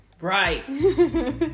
right